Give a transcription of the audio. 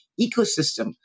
ecosystem